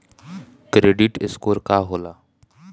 Credit score का होला?